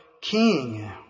king